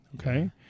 okay